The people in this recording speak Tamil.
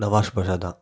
நான் வாசு பேசுறேன் தான்